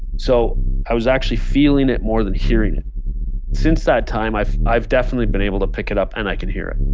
so i was actually feeling it more than hearing. since that time, i've i've definitely been able to pick it up, and i can hear it